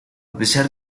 pesar